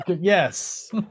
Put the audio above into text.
yes